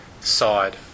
side